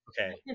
Okay